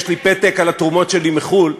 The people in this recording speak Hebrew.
יש לי פתק על התרומות שלי מחו"ל,